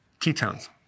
ketones